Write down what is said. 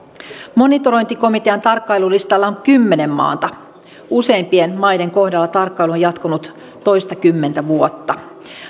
monitorointikomitean tarkkailulistalla on kymmenen maata useimpien maiden kohdalla tarkkailu on jatkunut toistakymmentä vuotta